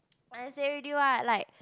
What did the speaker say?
I say already what like